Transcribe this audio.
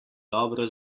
dobro